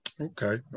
Okay